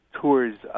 tours